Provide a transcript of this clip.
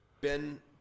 Ben